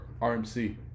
RMC